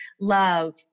love